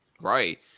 Right